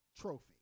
trophy